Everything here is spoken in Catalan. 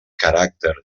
caràcter